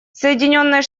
соединенные